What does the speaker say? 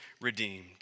redeemed